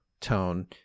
tone